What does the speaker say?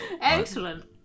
excellent